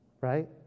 Right